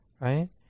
right